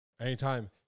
Anytime